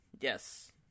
Yes